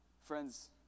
friends